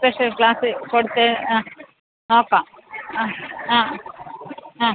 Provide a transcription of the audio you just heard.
special class കൊടുത്ത് ആ നോക്കാം ആ ആ ആ